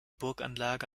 burganlage